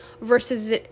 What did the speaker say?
versus